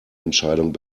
entscheidung